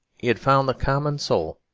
he had found the common soul,